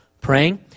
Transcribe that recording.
praying